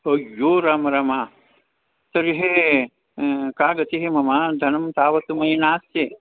अय्यो राम राम तर्हि का गतिः मम धनं तावत् मयि नास्ति